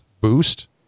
boost